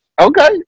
Okay